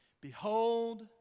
Behold